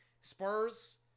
Spurs